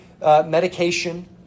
medication